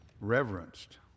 reverenced